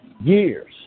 Years